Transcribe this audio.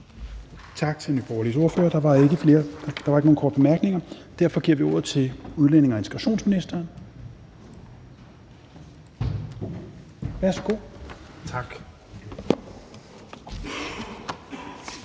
Tak til Nye Borgerliges ordfører. Der var ikke nogen korte bemærkninger, og derfor giver vi ordet til udlændinge- og integrationsministeren. Værsgo. Kl.